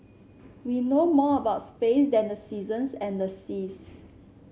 we know more about space than the seasons and the seas